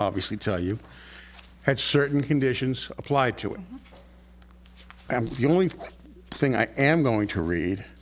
obviously tell you had certain conditions applied to it and the only thing i am going to read